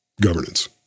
governance